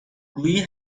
گویی